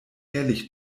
ehrlich